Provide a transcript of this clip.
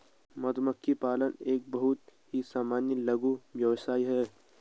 मधुमक्खी पालन एक बहुत ही सामान्य लघु व्यवसाय है